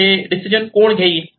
हे कोण डिसिजन घेईल